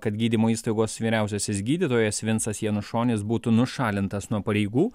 kad gydymo įstaigos vyriausiasis gydytojas vincas janušonis būtų nušalintas nuo pareigų